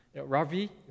Ravi